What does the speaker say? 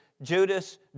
Judas